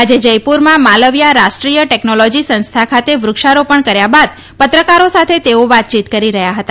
આજે જયપુરમાં માલવીયા રાષ્ટ્રીય ટેકનોલોજી સંસ્થા ખાતે વૃક્ષા રોપણ કર્યા બાદ પત્રકારો સાથે તેઓ વાતચીત કરી રહ્યા હતા